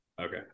Okay